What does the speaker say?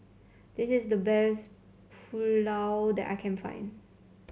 this is the best Pulao that I can find